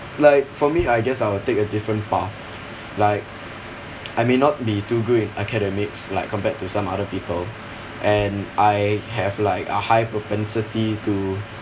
like for me I guess I'll take a different path like I may not be too good in academics like compared to some other people and I have like a high propensity to